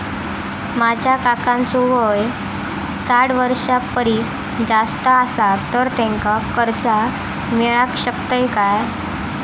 माझ्या काकांचो वय साठ वर्षां परिस जास्त आसा तर त्यांका कर्जा मेळाक शकतय काय?